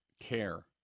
care